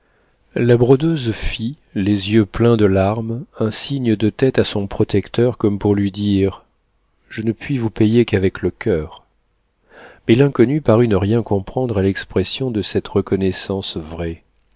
la brodeuse fit les yeux pleins de larmes un signe de tête à son protecteur comme pour lui dire je ne puis vous payer qu'avec le coeur mais l'inconnu parut ne rien comprendre à l'expression de cette reconnaissance vraie